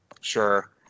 sure